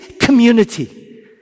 community